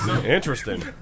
Interesting